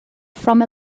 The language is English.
from